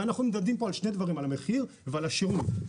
אנחנו נמדדים פה על שני דברים: על המחיר ועל השירות.